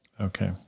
Okay